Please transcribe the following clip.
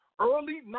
early